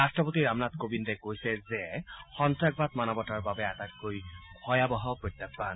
ৰাষ্ট্ৰপতি ৰামনাথ কোবিন্দে কৈছে যে সন্ত্ৰাসবাদ মানৱতাৰ বাবে আটাইতকৈ ভয়াৱহ প্ৰত্যাহান